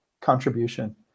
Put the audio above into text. contribution